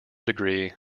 degree